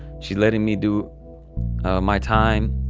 she's letting me do my time,